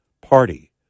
party